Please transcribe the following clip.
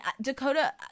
dakota